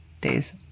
days